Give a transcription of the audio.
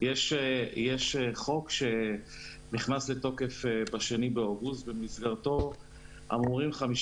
יש חוק שנכנס לתוקף ב-2 באוגוסט 2020. במסגרתו אמורים 56